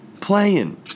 playing